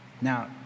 Now